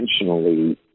intentionally